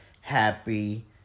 happy